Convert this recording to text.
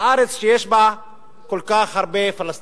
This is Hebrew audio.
בארץ שיש בה כל כך הרבה פלסטינים?